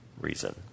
reason